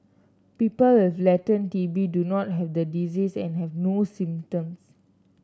people with latent T B do not have the disease and have no symptoms